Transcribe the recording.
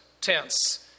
tense